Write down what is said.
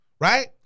right